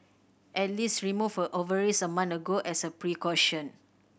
Alice removed her ovaries a month ago as a precaution